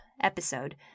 episode